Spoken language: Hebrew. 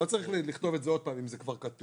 לא צריך לכתוב את זה עוד פעם אם זה כבר כתוב.